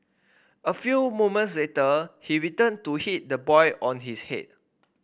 a few moments later he returned to hit the boy on his head